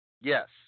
Yes